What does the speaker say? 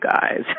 guys